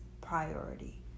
priority